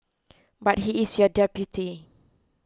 but he is your deputy